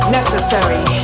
necessary